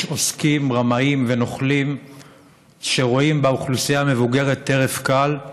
יש עוסקים רמאים ונוכלים שרואים באוכלוסייה המבוגרת טרף קל,